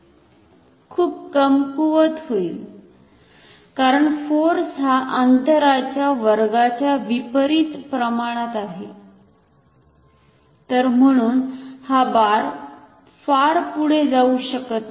खूप कमकुवत होईल कारण फोर्स हा अंतराच्या वर्गाच्या विपरीत प्रमाणात आहे तर म्हणुन हा बार फार पुढे जाऊ शकत नाही